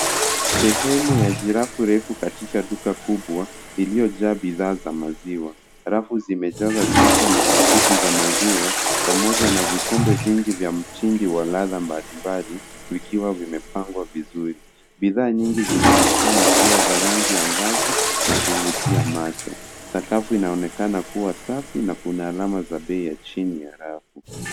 Sehemu ya jirafu refu katika duka kubwa imejaa bidhaa za maziwa. Rafu zimepangwa kwa chupa na pakiti za maziwa pamoja na vikombe vingi vya mtindi vilivyowekwa kwa mpangilio mzuri. Bidhaa nyingi zinaonekana kuwa na rangi ang’avu zinazovutia macho. Sakafu inaonekana kuwa safi na kuna alama za bei chini.